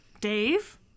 Dave